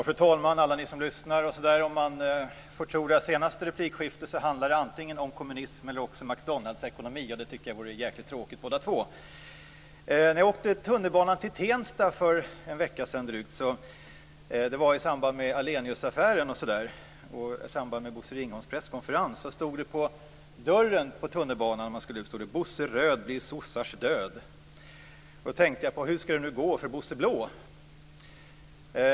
Fru talman! Alla ni som lyssnar! Om man får tro det senaste replikskiftet handlar det antingen om kommunism eller om McDonald s-ekonomi, och det tycker jag vore jäkligt tråkigt båda två. När jag åkte tunnelbana till Tensta för drygt en vecka sedan - det var i samband med Ahleniusaffären och Bosse Ringholms presskonferens - stod det på tunnelbanedörren: Bosse Röd blir sossars död. Då tänkte jag: Hur ska det nu gå för Bosse Blå?